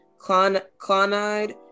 Clonide